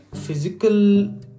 physical